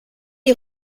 est